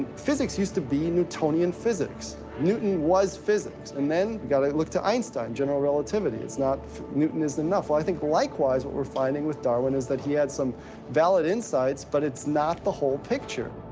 physics used to be newtonian physics. newton was physics. and then you gotta look to einstein, general relativity. it's not newton is enough. i think, likewise, what we're finding with darwin is that he had some valid insights, but it's not the whole picture.